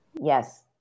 Yes